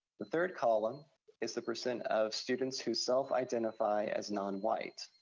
the third column is the percent of students who self-identify as non-white.